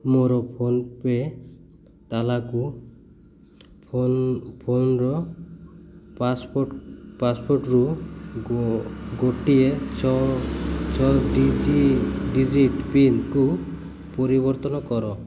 ମୋର ଫୋନ୍ପେ ତାଲାକୁ ଫୋନ୍ ଫୋନର ପାସପୋର୍ଟ ପାସପୋର୍ଟରୁ ଗୋ ଗୋଟିଏ ଛଅ ଛଅ ଡିଜି ଡିଜିଟ୍ ପିନକୁ ପରିବର୍ତ୍ତନ କର